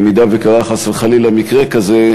אם קרה חס וחלילה מקרה כזה,